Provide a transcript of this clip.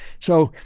so,